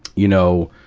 you know,